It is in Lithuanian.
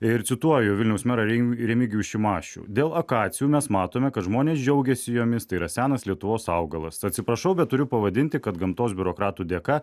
ir cituoju vilniaus merą remigijų šimašių dėl akacijų mes matome kad žmonės džiaugiasi jomis tai yra senas lietuvos augalas atsiprašau bet turiu pavadinti kad gamtos biurokratų dėka